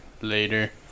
later